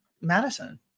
Madison